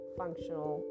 functional